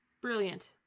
Brilliant